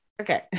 okay